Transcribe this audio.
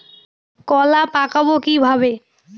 কলা পাকাবো কিভাবে?